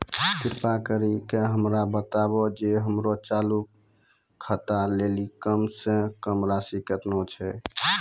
कृपा करि के हमरा बताबो जे हमरो चालू खाता लेली कम से कम राशि केतना छै?